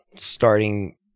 Starting